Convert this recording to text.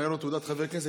נראה לו תעודת חבר הכנסת,